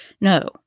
No